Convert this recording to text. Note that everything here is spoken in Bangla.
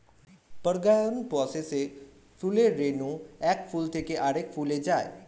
পরাগায়ন প্রসেসে ফুলের রেণু এক ফুল থেকে আরেক ফুলে যায়